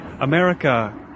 America